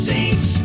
Saints